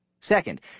Second